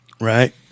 Right